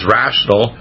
rational